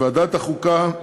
ועדת החוקה,